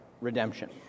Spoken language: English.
redemption